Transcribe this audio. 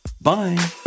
Bye